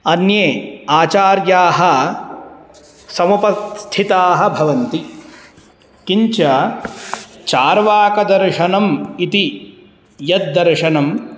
अन्ये आचार्याः समुपस्थिताः भवन्ति किञ्च चार्वाकदर्शनम् इति यद्दर्शनं